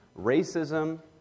racism